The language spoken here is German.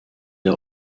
der